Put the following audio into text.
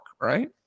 right